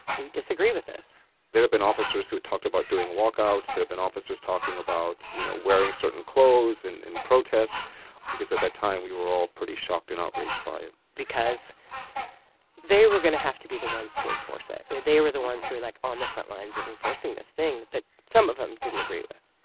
we disagree with this there had been officers who had talked about doing walkouts. there had been officers talking about, you know, wearing certain clothes and in protest because, at that time, we were all pretty shocked and outraged by it because they were going to have to be the ones to enforce it. you know, they were the ones who were, like, on the front lines of enforcing this thing that that some of them didn't agree with.